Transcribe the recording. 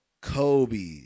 kobe